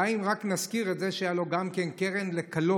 די אם רק נזכיר את זה שהייתה לו גם קרן לכלות,